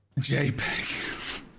jpeg